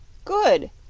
good!